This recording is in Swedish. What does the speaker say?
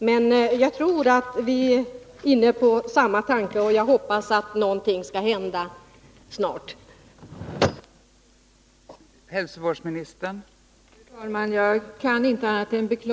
Men jag tror att Elisabet Holm och jag är inne på samma tankegång, och jag hoppas att någonting skall hända snart.